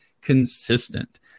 consistent